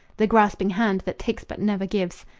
the grasping hand, that takes but never gives,